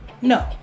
No